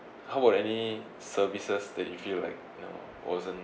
how about any services that you feel like you know wasn't